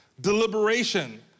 deliberation